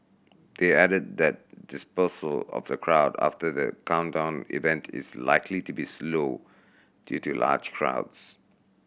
they added that dispersal of the crowd after the countdown event is likely to be slow due to large crowds